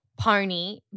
Pony